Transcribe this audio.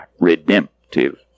redemptive